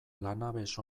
lanabes